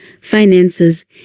finances